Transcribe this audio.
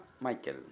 Michael